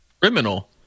criminal